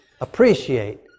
appreciate